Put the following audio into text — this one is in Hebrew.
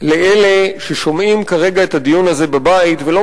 לאלה ששומעים כרגע את הדיון הזה בבית ולא